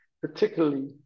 particularly